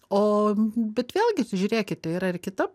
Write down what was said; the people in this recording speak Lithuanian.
o bet vėlgi žiūrėkite yra ir kita